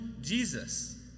Jesus